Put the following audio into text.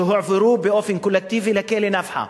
שהועברו באופן קולקטיבי לכלא "נפחא"